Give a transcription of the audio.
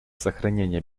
сохранение